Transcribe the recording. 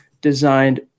designed